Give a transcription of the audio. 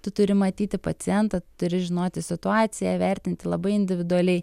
tu turi matyti pacientą tu turi žinoti situaciją vertinti labai individualiai